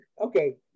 Okay